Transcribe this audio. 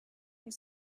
have